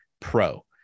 pro